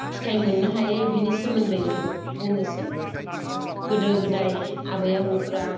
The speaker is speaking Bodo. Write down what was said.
फिथाय मोननो हायो बेनि सोमोन्दै आं बुंनोसै गोदो गोदाय आबै आबौफोरा